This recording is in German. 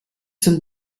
sind